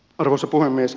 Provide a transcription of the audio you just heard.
arvoisa puhemies